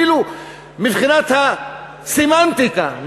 אפילו מבחינת הסמנטיקה,